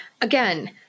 Again